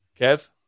Kev